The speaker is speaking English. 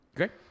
Okay